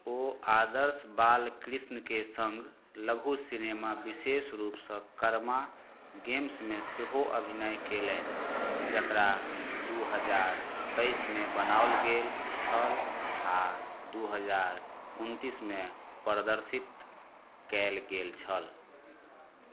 ओ आदर्श बालकृष्णके सङ्ग लघु सिनेमा विशेष रूपसँ कर्मा गेम्समे सेहो अभिनय कयलनि जकरा दू हजार तैइसमे बनाओल गेल छल आओर दू हजार उनतीसमे प्रदर्शित कयल गेल छल